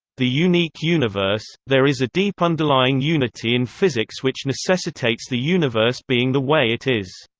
the unique universe there is a deep underlying unity in physics which necessitates the universe being the way it is.